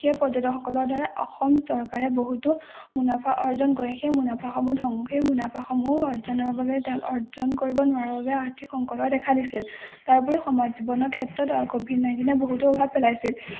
সেই পৰ্যটকসকলৰ দ্বাৰা অসম চৰকাৰে বহুতো মুনাফা অৰ্জন কৰে সেই মুনাফাসমূহ সেই মুনাফাসমূহো অৰ্জনৰ বাবে তেওঁলোকে অৰ্জন কৰিব নোৱাৰাৰ বাবে আৰ্থিক সংকটে দেখা দিছিল তাৰ উপৰিও সমাজ জীৱনৰ ক্ষেত্ৰত ক'ভিড নাইণ্টিনে বহুতো প্ৰভাৱ পেলাইছিল